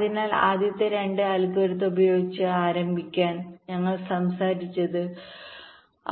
അതിനാൽ ആദ്യത്തെ 2 അൽഗോരിതം ഉപയോഗിച്ച് ആരംഭിക്കാൻ ഞങ്ങൾ സംസാരിച്ചത്